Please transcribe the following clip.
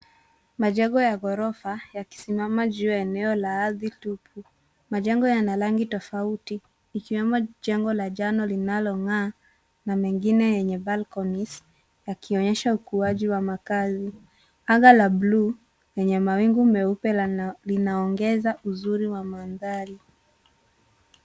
Majengo ya ghorofa, yakisimama juu ya eneo la ardhi tupu. Majengo yana rangi tofauti, ikiwemo jengo la njano linalong'aa, na mengine yenye balconies yakionyesha ukuaji wa makazi. Anga la blue lenye mawingu meupe lana, linaongeza uzuri wa mandhari.